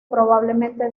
probablemente